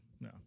No